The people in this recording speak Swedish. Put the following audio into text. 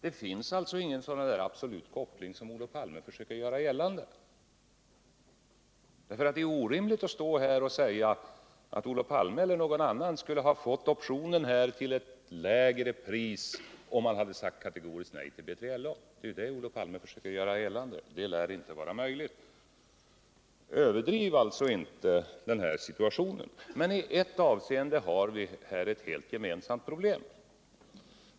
Det finns alltså inte någon sådan där absolut koppling som Olof Palme försöker göra gällande. Det är orimligt att stå här och säga att Olof Palme eller någon annan skulle ha fått optionen till ett lägre pris, om man hade sagt kategoriskt nej till BILA. Det är det Olof Palme försöker göra gällande, men det lär inte vara möjligt. Överdriv alltså inte den här situationen! Men i ett avseende har vi här ett gemensamt problem.